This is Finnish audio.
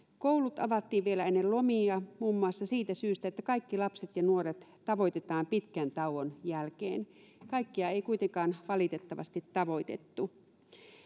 koulut avattiin vielä ennen lomia muun muassa siitä syystä että kaikki lapset ja nuoret tavoitetaan pitkän tauon jälkeen kaikkia ei kuitenkaan valitettavasti tavoitettu